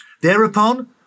Thereupon